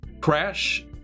Crash